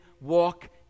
walk